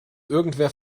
irgendwer